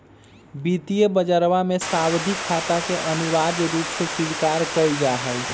वित्तीय बजरवा में सावधि खाता के अनिवार्य रूप से स्वीकार कइल जाहई